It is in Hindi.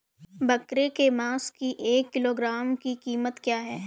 बकरे के मांस की एक किलोग्राम की कीमत क्या है?